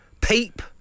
Peep